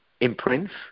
imprints